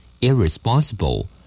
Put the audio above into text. Irresponsible